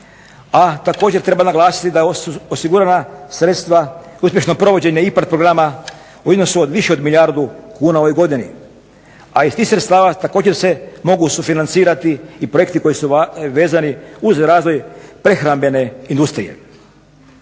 A također treba naglasiti da osigurana sredstva i uspješno provođenje IPARD programa u iznosu od više u milijardu kuna u ovoj godini, a iz tih sredstava također se mogu sufinancirati i projekti koji su vezani uz razvoj prehrambene industrije.